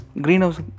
greenhouse